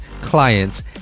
clients